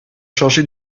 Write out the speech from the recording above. chargés